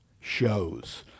shows